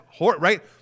right